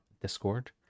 Discord